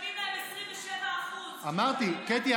שמשלמים להם 27%. אמרתי, קטי.